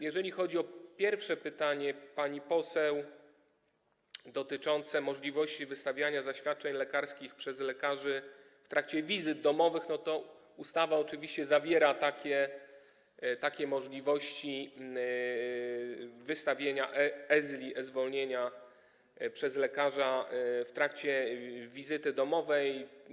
Jeżeli chodzi o pierwsze pytanie pani poseł, dotyczące możliwości wystawiania zaświadczeń lekarskich przez lekarzy w trakcie wizyt domowych, to ustawa oczywiście zawiera takie możliwości wystawienia e-zwolnienia przez lekarza w trakcie wizyty domowej.